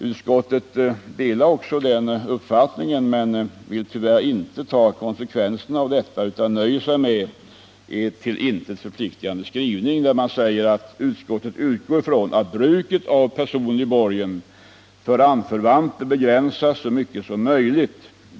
Utskottet delar också den uppfattningen men vill tyvärr inte ta konsekvenserna av detta utan nöjer sig med en till intet förpliktande skrivning att ”utskottet utgår ifrån att bruket av personlig borgen för anförvanter begränsas så mycket som möjligt”.